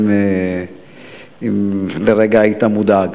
אם לרגע היית מודאג.